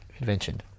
Invention